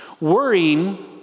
Worrying